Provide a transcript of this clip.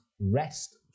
rest